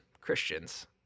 Christians